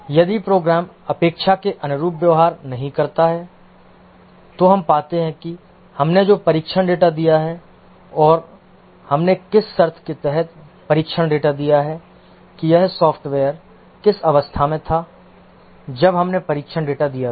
यदि प्रोग्राम अपेक्षा के अनुरूप व्यवहार नहीं करता है तो हम पाते हैं कि हमने जो परीक्षण डेटा दिया है और हमने किस शर्त के तहत परीक्षण डेटा दिया है कि यह सॉफ्टवेयर किस अवस्था में था जब हमने परीक्षण डेटा दिया था